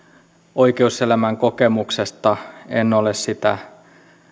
oikeuselämän kokemuksesta en ole sitä